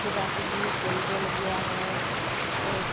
কিবাকিবি কৰিবলগীয়া হয় হয়